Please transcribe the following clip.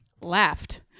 laughed